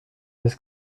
this